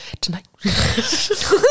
tonight